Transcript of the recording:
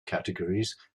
categories